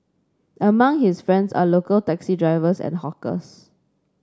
among his friends are local taxi drivers and hawkers